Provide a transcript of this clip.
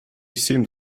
seemed